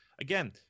again